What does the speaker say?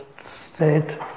state